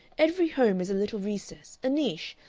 every home is a little recess, a niche,